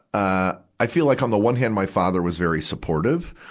ah, i feel like on the one hand, my father was very supportive.